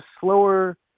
slower